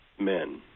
men